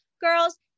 Girls